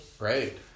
Right